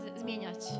zmieniać